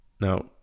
now